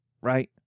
right